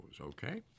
Okay